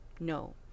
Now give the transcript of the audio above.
No